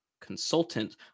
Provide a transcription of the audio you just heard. consultant